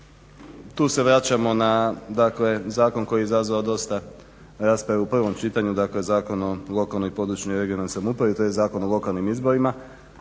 Tu se vraćamo na zakon koji je izazvao dosta rasprave u prvom čitanju, dakle Zakon o lokalnoj i područnoj (regionalnoj) samoupravi tj. Zakon o lokalnim izborima